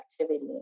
activity